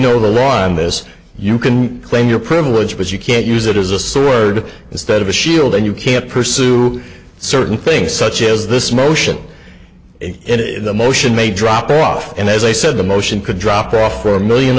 know the law on this you can claim your privilege but you can't use it as a sword instead of a shield and you can't pursue certain things such as this motion in the motion may drop off and as i said the motion could drop off for a million